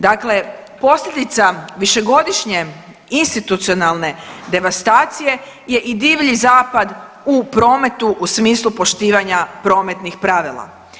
Dakle, posljedica višegodišnje institucionalne devastacije je i divlji zapad u prometu u smislu poštivanja prometnih pravila.